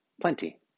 plenty